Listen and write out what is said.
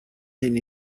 hyn